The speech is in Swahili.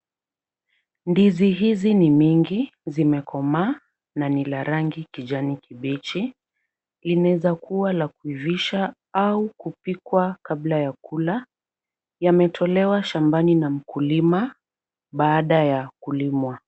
Ndizi hizi ni mingi, zimekomaa na ni la rangi kijani kibichi. Inaweza kuwa la kuivisha au kupikwa kabla ya kula. Yametolewa shambani na mkulima baada ya kulimwa.